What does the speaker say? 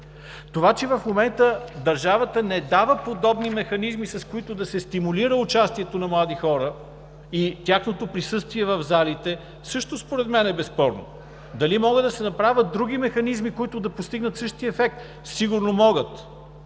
Това, че в момента държавата не дава подобни механизми, с които да се стимулира участието на млади хора и тяхното присъствие в залите, също, според мен, е безспорно. Дали могат да се направят други механизми, които да постигнат същия ефект, сигурно могат,